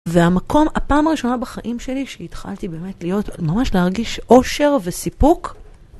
והמקום, הפעם הראשונה בחיים שלי שהתחלתי באמת להיות ממש להרגיש אושר וסיפוק